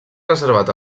reservat